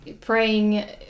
praying